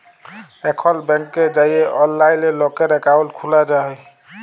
এখল ব্যাংকে যাঁয়ে অললাইলে লকের একাউল্ট খ্যুলা যায়